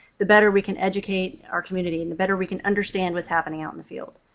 the better we can educate our community and the better we can understand what's happening out in the field.